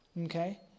okay